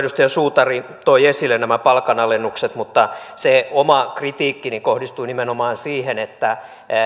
edustaja suutari toi esille nämä palkanalennukset mutta se oma kritiikkini kohdistui nimenomaan siihen että